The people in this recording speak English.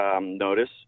notice